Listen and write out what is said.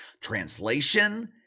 Translation